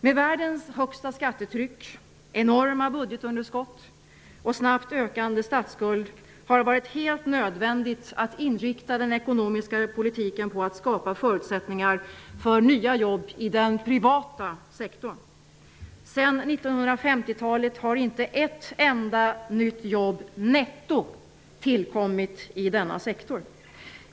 Men världens högsta skattetryck, enorma budgetunderskott och snabbt ökande statsskuld har det varit helt nödvändigt att inrikta den ekonomiska politiken på att skapa nya jobb i den privata sektorn. Sedan 1950-talet har inte ett enda nytt jobb netto tillkommit i denna sektor.